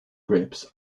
grips